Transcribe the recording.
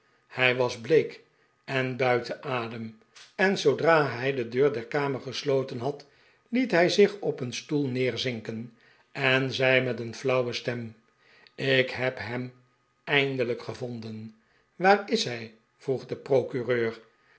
hij was bleek en buiten adem en zoodra hij de deur der kamer gesloten had liet hij zich op een stoel neerzinken en zei met een flauwe stem ik neb hem eindelijk gevonden waar is hij vroeg de procureur